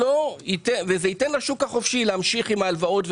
זה ייתן לשוק החופשי להמשיך עם ההלוואות,